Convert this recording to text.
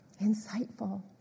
Insightful